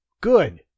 Good